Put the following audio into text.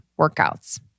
workouts